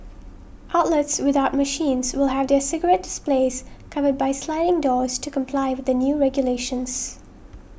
outlets without machines will have their cigarette displays covered by sliding doors to comply with the new regulations